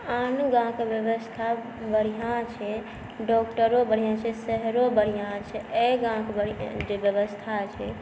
आनो गामक बेबस्था बढ़िआँ छै डाक्टरो बढ़िआँ छै शहरो बढ़िआँ छै अहि गामक जे बेबस्था छै